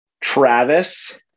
Travis